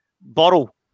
bottle